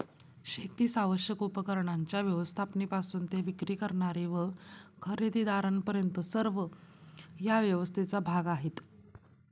शेतीस आवश्यक उपकरणांच्या व्यवस्थेपासून ते विक्री करणारे व खरेदीदारांपर्यंत सर्व या व्यवस्थेचा भाग आहेत